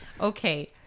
Okay